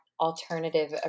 alternative